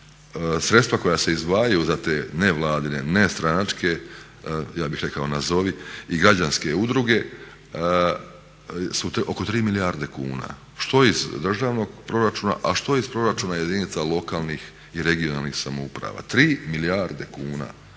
sredstva koja se izdvajaju za te nevladine, nestranačke ja bih rekao nazovi i građanske udruge su oko 3 milijarde kuna. Što iz državnog proračuna, a što iz proračuna jedinica lokalnih i regionalnih samouprava. 3 milijarde kuna,